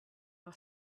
our